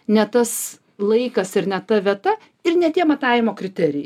ne tas laikas ir ne ta vieta ir ne tie matavimo kriterijai